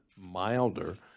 milder